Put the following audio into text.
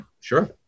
sure